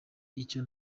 icyo